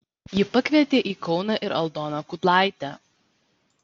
ji pakvietė į kauną ir aldoną kudlaitę